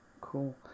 Cool